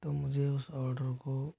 तो मुझे उस ऑर्डर को